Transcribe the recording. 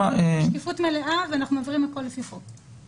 בשקיפות מלאה ואנחנו מעבירים הכל לפי חוק.